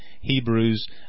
Hebrews